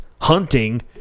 hunting